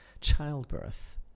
childbirth